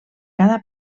cada